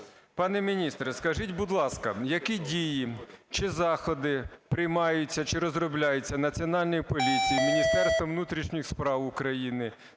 Пане міністре, скажіть, будь ласка, які дії чи заходи приймаються чи розробляються Національною поліцією, Міністерством внутрішніх справ України